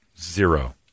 zero